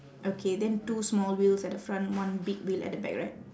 okay then two small wheels at the front one big wheel at the back right